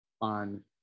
on